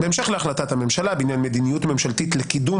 בהמשך להחלטת הממשלה --- בעניין מדיניות ממשלתית לקידום